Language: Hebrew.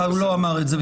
הוא לא אמר את זה.